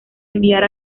enviar